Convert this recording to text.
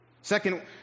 Second